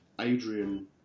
Adrian